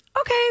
Okay